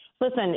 Listen